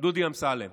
דודי אמסלם.